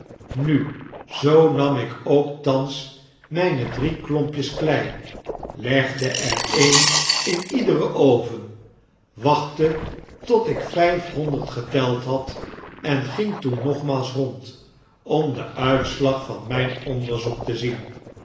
nu zoo nam ik ook thans mijne drie klompjes klei legde er een in iederen oven wachtte tot ik vijfhonderd geteld had en ging toen nogmaals rond om dn uitslag van myn onderzoek te zien